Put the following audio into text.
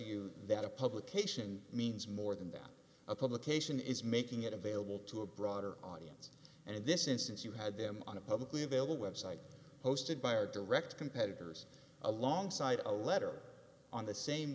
you that a publication means more than that a publication is making it available to a broader audience and in this instance you had them on a publicly available website hosted by or direct competitors alongside a letter on the same